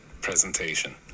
presentation